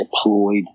deployed